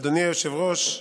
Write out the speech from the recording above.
אדוני היושב-ראש,